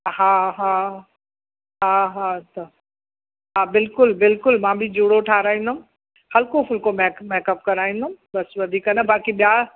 हा हा हा हा त हा बिल्कुलु बिल्कुल मां बि जूड़ो ठहाराईंदमि हल्को फ़ुल्को मेक मेकअप कराईंदमि बसि वधीक न बाक़ी ॿिया